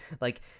like-